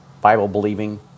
Bible-believing